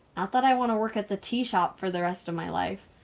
not that i want to work at the tea shop for the rest of my life,